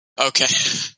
Okay